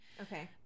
okay